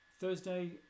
Thursday